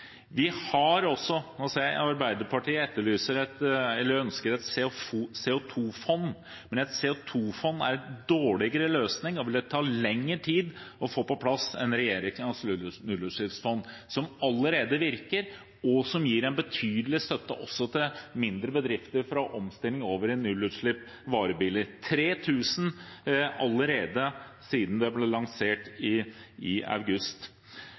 Arbeiderpartiet ønsker et CO2-fond, men et CO2-fond er en dårligere løsning og ville ta lengre tid å få på plass enn regjeringens nullutslippsfond, som allerede virker, og som gir en betydelig støtte også til mindre bedrifter for omstilling til nullutslippsvarebiler – 3 000 allerede siden det ble lansert i august. Vi må bruke Enova, det er et virkemiddel som virker. I